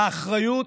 "האחריות